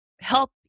help